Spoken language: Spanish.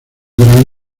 gran